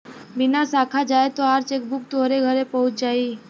बिना साखा जाए तोहार चेकबुक तोहरे घरे पहुच जाई